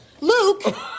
Luke